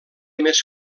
més